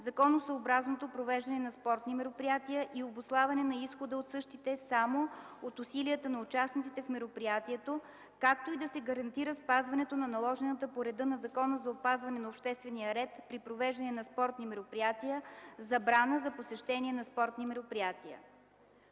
законосъобразното провеждане на спортни мероприятия и обуславяне на изхода от същите само от усилията на участниците в мероприятието, както и да се гарантира спазването на наложената по реда на Закона за опазване на обществения ред при провеждане на спортни мероприятия забрана за посещение на спортни мероприятия.